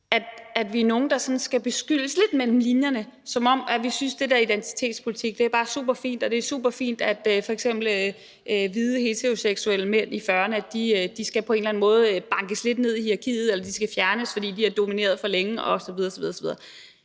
at vi er nogle, der sådan skal beskyldes lidt mellem linjerne, som om vi synes, at det der identitetspolitik bare er superfint, og at det f.eks. er superfint, at hvide heteroseksuelle mænd i 40'erne på en eller anden måde skal bankes lidt ned i hierarkiet eller skal fjernes, fordi de har domineret for længe, osv. osv.